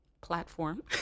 platform